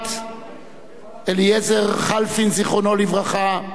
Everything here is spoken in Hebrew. של אליעזר חלפין, זיכרונו לברכה, אחותו רימה,